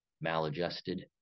maladjusted